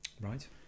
Right